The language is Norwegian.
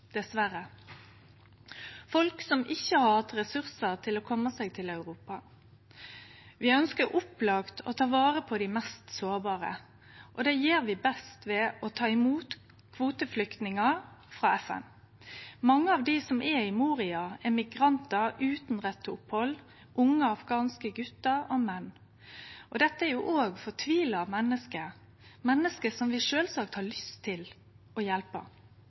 folk som ikkje har hatt ressursar til å kome seg til Europa. Vi ønskjer opplagt å ta vare på dei mest sårbare, og det gjer vi best ved å ta imot kvoteflyktningar frå FN. Mange av dei som er i Moria, er migrantar utan rett til opphald, unge afghanske gutar og menn. Dette er òg fortvila menneske, menneske som vi sjølvsagt har lyst til å